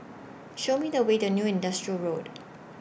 Show Me The Way to New Industrial Road